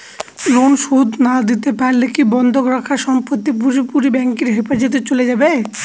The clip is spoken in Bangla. লোন শোধ না দিতে পারলে কি বন্ধক রাখা সম্পত্তি পুরোপুরি ব্যাংকের হেফাজতে চলে যাবে?